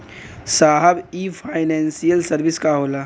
साहब इ financial service का होला?